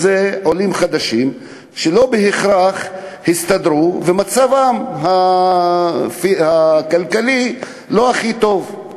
זה עולים חדשים שלא בהכרח הסתדרו ומצבם הכלכלי לא הכי טוב.